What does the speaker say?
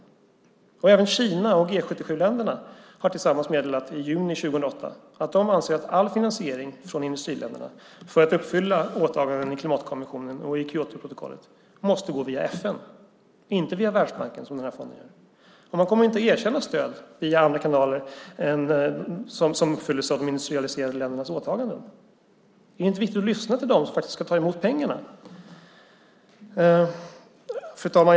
Även Kina och G 77-länderna har i juni 2008 tillsammans meddelat att de anser att all finansiering från industriländerna för att uppfylla åtaganden i klimatkonventionen och i Kyotoprotokollet måste gå via FN, inte via Världsbanken som den här fonden gör. Är det inte viktigt att lyssna till dem som faktiskt ska ta emot pengarna? Fru talman!